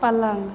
पलंग